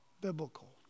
biblical